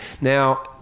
Now